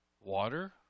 water